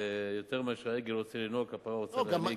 ויותר מאשר העגל רוצה לינוק הפרה רוצה להיניק.